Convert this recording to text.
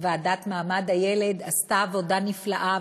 לזכויות הילד עשתה עבודה נפלאה.